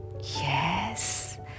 Yes